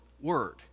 word